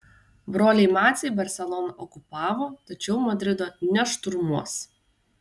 broliai maciai barseloną okupavo tačiau madrido nešturmuos